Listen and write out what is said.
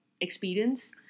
experience